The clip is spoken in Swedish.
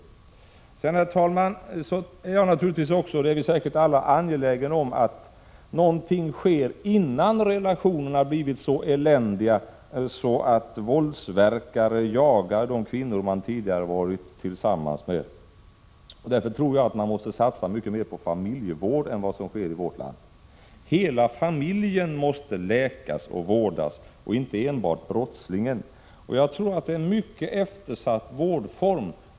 Liksom säkerligen alla andra är naturligtvis också jag angelägen om att något sker innan relationerna har blivit så eländiga att våldsverkare jagar de kvinnor som de tidigare har varit tillsammans med. Därför tror jag att man måste satsa mycket mer på familjevården. Hela familjen måste läkas och vårdas, inte enbart brottslingen. Just familjevården är en mycket eftersatt vårdform.